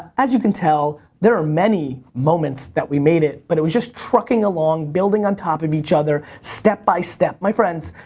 as you can tell, there are many moments that we made it, but it was just trucking along, building on top of each other step by step. my friends,